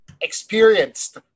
experienced